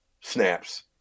snaps